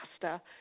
faster